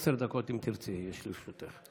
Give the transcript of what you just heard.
עשר דקות, אם תרצי, יש לרשותך.